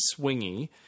swingy